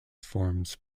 forms